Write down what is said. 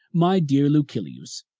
my dear lucilius,